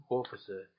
officer